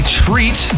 treat